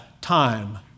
time